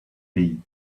pays